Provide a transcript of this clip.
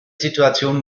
situation